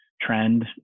trend